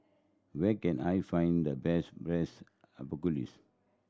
where can I find the best Braised Asparagus